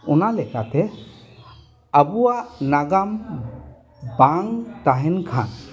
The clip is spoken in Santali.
ᱚᱱᱟ ᱞᱮᱠᱟᱛᱮ ᱟᱵᱚᱣᱟᱜ ᱱᱟᱜᱟᱢ ᱵᱟᱝ ᱛᱟᱦᱮᱱ ᱠᱷᱟᱱ